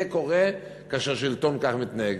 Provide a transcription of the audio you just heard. זה קורה כאשר שלטון כך מתנהג.